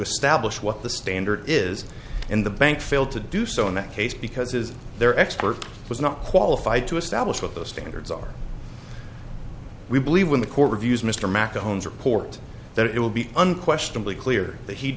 establish what the standard is and the bank failed to do so in that case because his their expert was not qualified to establish what those standards are we believe when the court reviews mr macca hones report that it will be unquestionably clear that he